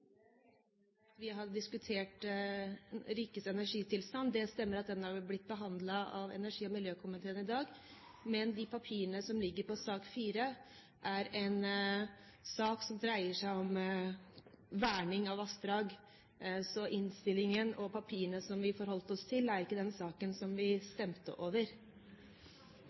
vi har diskutert rikets energitilstand. Det stemmer at den har blitt behandlet av energi- og miljøkomiteen i dag, men de papirene som ligger i sak nr. 4, er en sak som dreier seg om verning av vassdrag. Så innstillingen og papirene vi forholdt oss til, er ikke den saken som vi stemte over.